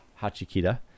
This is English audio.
hachikita